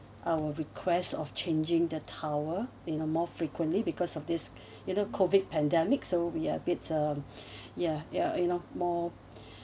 our request of changing the towel you know more frequently because of this you know COVID pandemic so we are bit um yeah yeah you know more